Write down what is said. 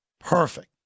perfect